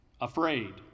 afraid